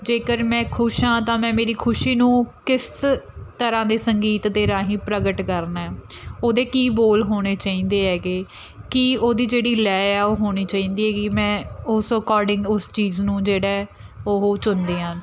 ਜੇਕਰ ਮੈਂ ਖੁਸ਼ ਹਾਂ ਤਾਂ ਮੈਂ ਮੇਰੀ ਖੁਸ਼ੀ ਨੂੰ ਕਿਸ ਤਰ੍ਹਾਂ ਦੇ ਸੰਗੀਤ ਦੇ ਰਾਹੀਂ ਪ੍ਰਗਟ ਕਰਨਾ ਉਹਦੇ ਕੀ ਬੋਲ ਹੋਣੇ ਚਾਹੀਦੇ ਹੈਗੇ ਕਿ ਉਹਦੀ ਜਿਹੜੀ ਲੈਅ ਆ ਉਹ ਹੋਣੀ ਚਾਹੀਦੀ ਹੈਗੀ ਮੈਂ ਉਸ ਅਕੋਰਡਿੰਗ ਉਸ ਚੀਜ਼ ਨੂੰ ਜਿਹੜਾ ਉਹ ਚੁਣਦੀ ਹਾਂ